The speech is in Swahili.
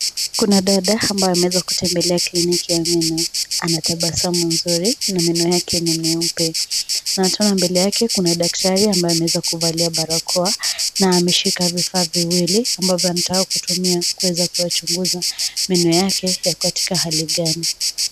Kuna dada ambaye ameweza kutembelea kliniki ya meno anatabasumu mzuri na meno yake ni meupe na taa mbele yake kuna daktari amabaye ameweza kuvalia barakao na ameshika vifaa viwili ambapo anataka kutumia kuweza kuchunguza meno yake ya katika hali ngani.